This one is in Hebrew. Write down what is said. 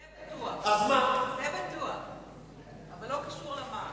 זה בטוח, אבל זה לא קשור למע"מ.